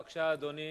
בבקשה, אדוני.